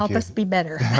um us be better.